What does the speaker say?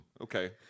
okay